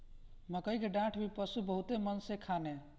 मकई के डाठ भी पशु बहुते मन से खाने